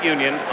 Union